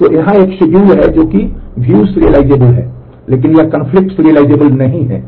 तो यहाँ एक शेड्यूल है जो कि view serializable है लेकिन यह conflict serializable नहीं है